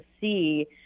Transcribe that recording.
see